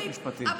אני רוצה,